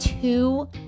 Two